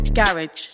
garage